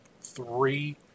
three